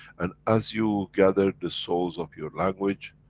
and as you gather the souls of your language,